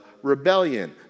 Rebellion